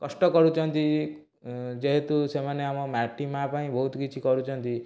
କଷ୍ଟ କରୁଛନ୍ତି ଯେହେତୁ ସେମାନେ ଆମ ମାଟି ମା' ପାଇଁ ବହୁତ କିଛି କରୁଛନ୍ତି